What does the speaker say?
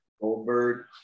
Goldberg